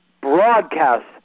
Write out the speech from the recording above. broadcast